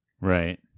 Right